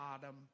bottom